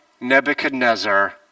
Nebuchadnezzar